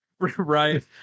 Right